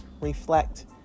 reflect